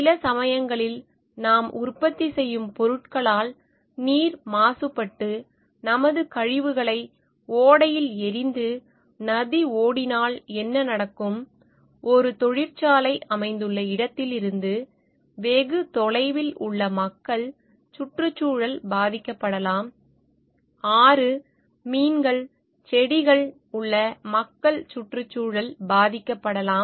சில சமயங்களில் நாம் உற்பத்தி செய்யும் பொருட்களால் நீர் மாசுபட்டு நமது கழிவுகளை ஓடையில் எறிந்து நதி ஓடினால் என்ன நடக்கும் ஒரு தொழிற்சாலை அமைந்துள்ள இடத்தில் இருந்து வெகு தொலைவில் உள்ள மக்கள் சுற்றுச்சூழல் பாதிக்கப்படலாம்